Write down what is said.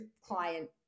client